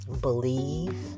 believe